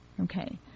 Okay